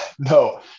No